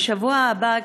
בשבוע הבא,